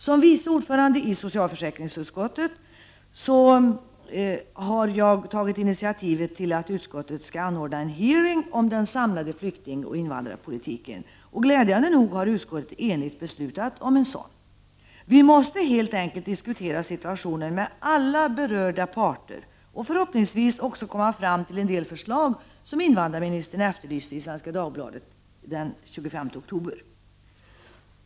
Som vice ordförande i socialförsäkringsutskottet har jag tagit initiativ till att utskottet skall anordna en hearing om den samlade flyktingoch invandrarpolitiken. Glädjande nog har utskottet enigt beslutat om en sådan. Vi måste helt enkelt diskutera situationen med alla berörda parter och förhoppningsvis komma fram till en del förslag, som invandrarministern efterlyste i Svenska Dagbladet den 25 oktober.